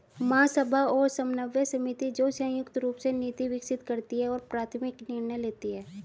महासभा और समन्वय समिति, जो संयुक्त रूप से नीति विकसित करती है और प्राथमिक निर्णय लेती है